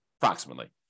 approximately